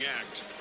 act